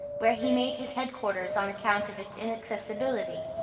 where he made his head-quarters on account of its inaccessibility,